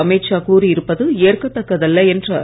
அமீத் ஷா கூறியிருப்பது ஏற்கதக்கதல்ல என்றார்